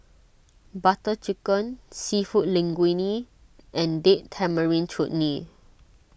Butter Chicken Seafood Linguine and Date Tamarind Chutney